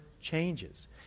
changes